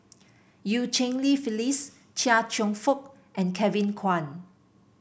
Eu Cheng Li Phyllis Chia Cheong Fook and Kevin Kwan